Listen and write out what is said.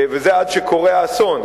וזה עד שקורה האסון.